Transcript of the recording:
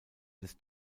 des